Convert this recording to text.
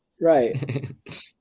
Right